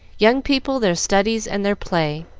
young people their studies and their play,